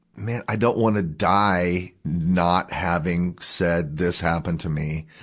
man, i don't want to die not having said this happened to me.